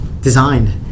designed